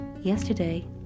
Yesterday